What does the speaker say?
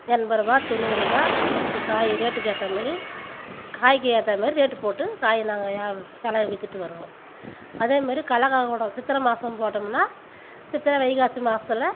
எண்பதுரூபா தொண்ணூறுபா இப்படி காய் ரேட்டுக்கு ஏற்ற மாரி காய்க்கு ஏற்ற மாரி ரேட்டு போட்டு காய் நாங்கள் விலைய வித்துட்டு வருவோம் அதே மாரி கல்லாக்காக்கூட சித்திர மாசம் போட்டோம்ன்னா சித்திர வைகாசி மாசத்தில்